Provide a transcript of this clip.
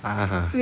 ha ha ha